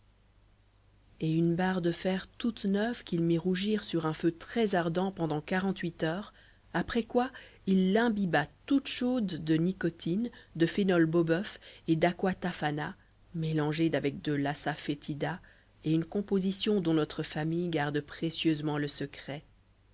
et une barre de fer toute neuve qu'il mit rougir un feu très ardent pendant quarante-huit heures après quoi il l'imbiba toute chaude nicotine de phénol boboeuf et d'acqua tafana mélangés avec de l'assa foetida et une composition dont notre famille garde précieusement le secret